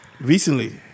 Recently